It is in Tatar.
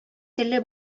теле